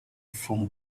from